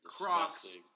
Crocs